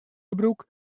gebrûk